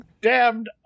damned